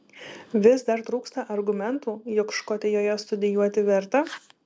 vis dar trūksta argumentų jog škotijoje studijuoti verta